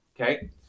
okay